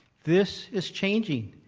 this is changing.